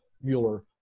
Mueller